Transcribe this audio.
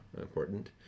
important